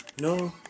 No